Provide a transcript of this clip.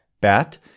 bat